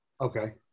Okay